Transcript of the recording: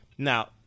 Now